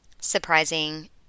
surprising